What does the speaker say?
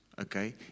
Okay